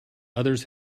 others